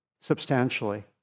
substantially